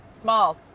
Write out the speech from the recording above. Smalls